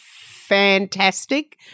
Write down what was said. fantastic